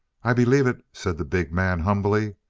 i believe it, said the big man humbly.